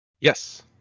Yes